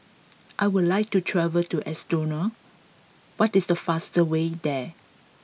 I would like to travel to Estonia what is the fastest way there